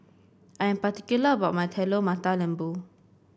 I am particular about my Telur Mata Lembu